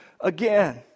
again